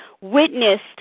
witnessed